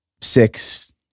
six